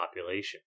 population